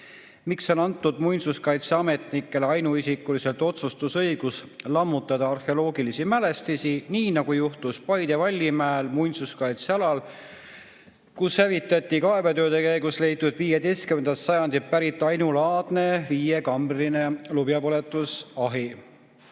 "Miks on antud muinsuskaitseametnikele ainuisikuliselt otsustusõigus lammutada arheoloogilisi mälestisi, nii nagu juhtus Paide Vallimäe muinsuskaitsealal, kus hävitati kaevetööde käigus leitud 15. sajandist pärit ainulaadne 5-kambriline lubjapõletusahi?"